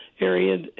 area